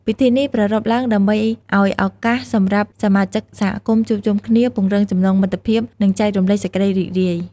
ពិធីនេះប្រារព្ធឡើងដើម្បីឲ្យឱកាសសម្រាប់សមាជិកសហគមន៍ជួបជុំគ្នា ពង្រឹងចំណងមិត្តភាព និងចែករំលែកសេចក្តីរីករាយ។